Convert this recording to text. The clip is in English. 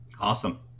Awesome